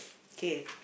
k